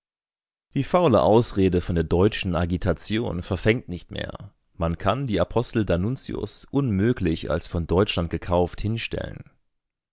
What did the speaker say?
die faule ausrede von der deutschen agitation verfängt nicht mehr man kann die apostel d'annunzios unmöglich als von deutschland gekauft hinstellen